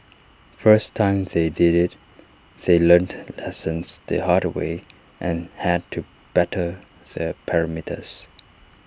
first time they did IT they learnt lessons the hard way and had to better the parameters